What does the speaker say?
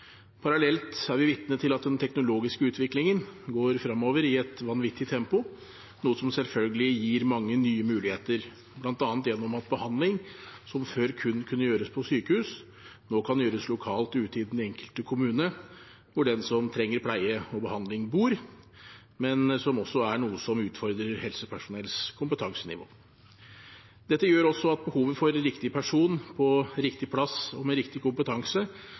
Parallelt er vi vitne til at den teknologiske utviklingen går fremover i et vanvittig tempo, noe som selvfølgelig gir mange nye muligheter, bl.a. gjennom at behandling som før kun kunne gis på sykehus, nå kan gis lokalt ute i den enkelte kommune, hvor den som trenger pleie og behandling, bor, men som også er noe som utfordrer helsepersonells kompetansenivå. Dette gjør også at behovet for riktig person på riktig plass og med riktig kompetanse